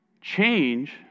change